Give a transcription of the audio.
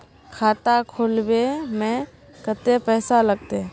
खाता खोलबे में कते पैसा लगते?